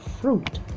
fruit